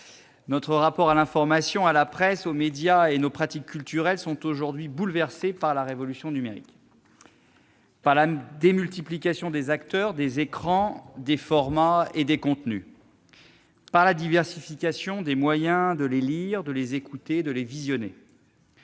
notre rapport à l'information, à la presse, aux médias et nos pratiques culturelles sont aujourd'hui bouleversés par la révolution numérique ; par la démultiplication des acteurs, des écrans, des formats, des contenus ; par la diversification des moyens de les lire, de les écouter, de les visionner.